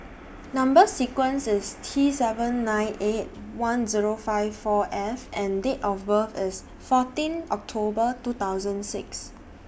Number sequence IS T seven nine eight one Zero five four F and Date of birth IS fourteen October two thousand six